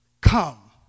come